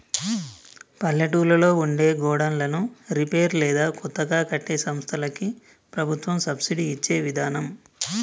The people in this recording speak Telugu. పల్లెటూళ్లలో ఉండే గోడన్లను రిపేర్ లేదా కొత్తగా కట్టే సంస్థలకి ప్రభుత్వం సబ్సిడి ఇచ్చే విదానం